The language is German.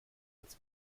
als